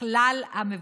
לכלל המבוטחים.